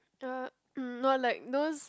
uh mm no like those